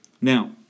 Now